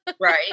Right